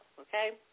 okay